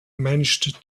manage